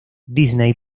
disney